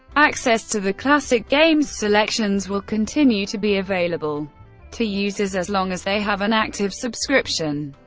access to the classic games selections will continue to be available to users as long as they have an active subscription.